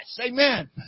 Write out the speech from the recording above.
amen